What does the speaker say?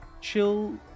chill